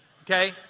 Okay